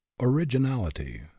originality